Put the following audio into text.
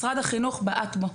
משרד החינוך בעט בו.